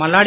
Malladi